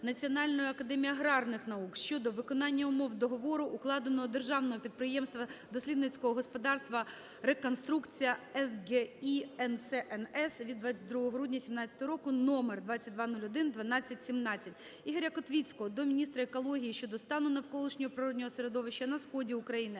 Національної академії аграрних наук щодо виконання умов договору, укладеного Державного підприємства Дослідницького господарства "Реконструкція" СГІ НЦНС від 22 грудня 2017 року № 2201/1217. Ігоря Котвіцького до міністра екології щодо стану навколишнього природного середовища на Сході України.